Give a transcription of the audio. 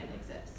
exist